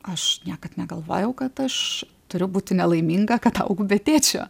aš niekad negalvojau kad aš turiu būti nelaiminga kad augu be tėčio